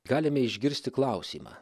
galime išgirsti klausimą